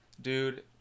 Dude